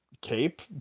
cape